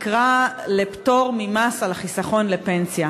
התקרה לפטור ממס על החיסכון לפנסיה.